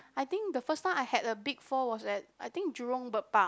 I think the first time I had a big fall was at I think Jurong Bird Park